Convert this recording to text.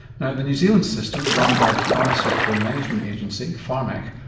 now, the new zealand system, run by the pharmaceutical management agency, pharmac,